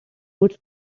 routes